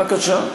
בבקשה.